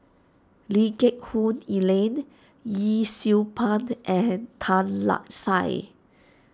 Lee Geck Hoon Ellen Yee Siew Pun and Tan Lark Sye